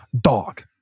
Dog